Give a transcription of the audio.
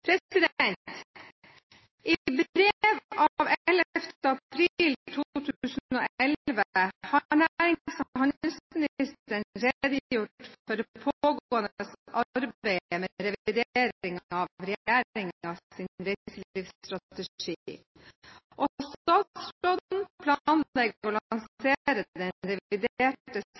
I brev av 11. april 2011 har nærings- og handelsministeren redegjort for det pågående arbeidet med revidering av regjeringens reiselivsstrategi, og at statsråden planlegger å lansere den reviderte